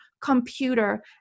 computer